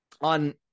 on